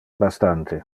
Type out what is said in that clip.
bastante